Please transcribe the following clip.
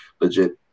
legit